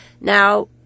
Now